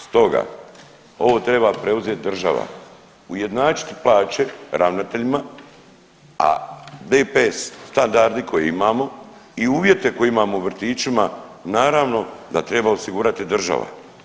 Stoga ovo treba preuzeti država, ujednačiti plaće ravnateljima, a DPS standardi koje imamo i uvjete koje imamo u vrtićima naravno da treba osigurati država.